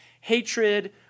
hatred